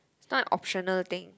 is not a optional thing